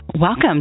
Welcome